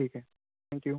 ठीक आहे थँक्यू